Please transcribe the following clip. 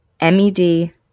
MED